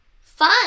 fun